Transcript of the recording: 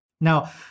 Now